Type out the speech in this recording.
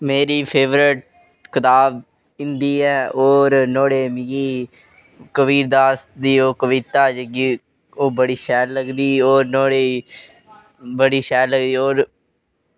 मेरी फेवरेट कताब हिंदी ऐ और नुआढ़े मिगी कबीरदास दी ओ कविता जेह्की ओह् बड़ी शैल लगदी और नुआढ़ी बड़ी शैल लगदी और